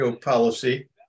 policy